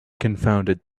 confounded